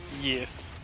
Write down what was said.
Yes